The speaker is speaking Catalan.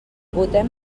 votem